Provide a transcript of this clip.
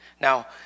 Now